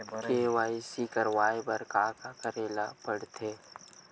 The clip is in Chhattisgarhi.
के.वाई.सी करवाय बर का का करे ल पड़थे?